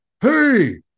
Hey